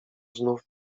znów